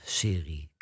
serie